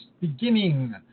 beginning